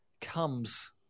comes